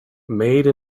made